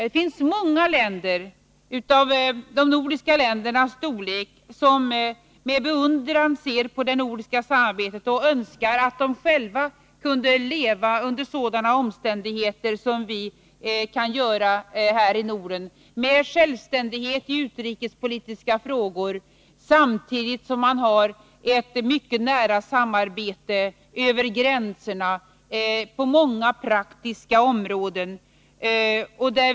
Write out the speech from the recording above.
Det finns många länder av de nordiska ländernas storlek som med beundran ser på det nordiska samarbetet och önskar att de själva kunde leva under sådana omständigheter som vi gör här i Norden, med självständighet i utrikespolitiska frågor, samtidigt som man har ett mycket nära samarbete över gränserna på många praktiska områden.